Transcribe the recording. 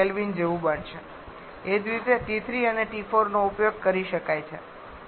એ જ રીતે T3 અને T4 નો ઉપયોગ કરી શકાય છે